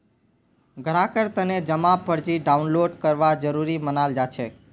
ग्राहकेर तने जमा पर्ची डाउनलोड करवा जरूरी मनाल जाछेक